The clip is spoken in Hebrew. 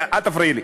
אל תפריעי לי.